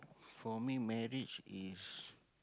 for me marriage is